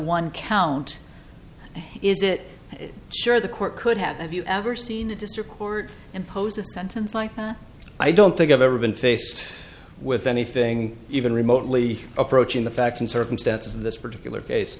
one count is it sure the court could have you ever seen a district court imposed a sentence like i don't think i've ever been faced with anything even remotely approaching the facts and circumstances of this particular case